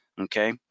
Okay